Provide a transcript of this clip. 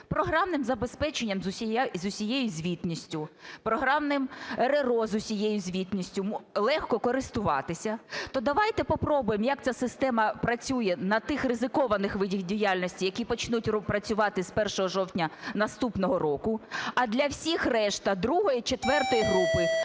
програмним забезпеченням з усією звітністю, програмним РРО з усією звітністю легко користуватися, то давайте попробуємо, як ця система працює на тих ризикованих видах діяльності, які почнуть працювати з 1 жовтня наступного року. А для всіх решта другої,